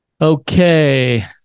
Okay